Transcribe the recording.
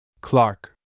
Clark